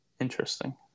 interesting